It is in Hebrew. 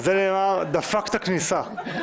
על זה נאמר: דפקת כניסה.